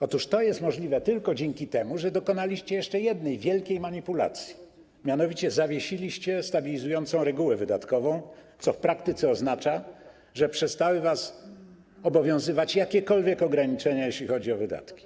Otóż to jest możliwe tylko dzięki temu, że dokonaliście jeszcze jednej wielkiej manipulacji, mianowicie zawiesiliście stabilizującą regułę wydatkową, co w praktyce oznacza, że przestały was obowiązywać jakiekolwiek ograniczenia, jeśli chodzi o wydatki.